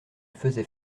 faisait